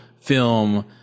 film